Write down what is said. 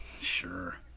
Sure